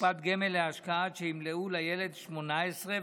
בקופת גמל להשקעה עד שימלאו לילד 18,